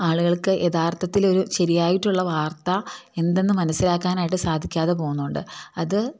ആളുകൾക്ക് യഥാർത്ഥത്തിൽ ഒരു ശരിയായിട്ടുള്ള വാർത്ത എന്തെന്ന് മനസ്സിലാക്കാനായിട്ട് സാധിക്കാതെ പോകുന്നുണ്ട് അത്